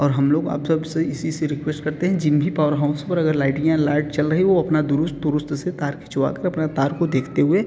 और हम लोग आप सबसे इसी से रिक्वेस्ट करते हैं जिन भी पावर हाँउस पर अगर लाइट लिया लाइट चल रही वो अपना दुरुस्त दुरुस्त से तार खिंचवा कर अपना तार को देखते हुए